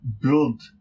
build